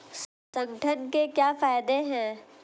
संगठन के क्या फायदें हैं?